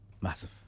massive